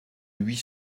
huit